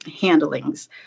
handlings